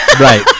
Right